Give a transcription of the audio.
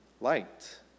light